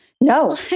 No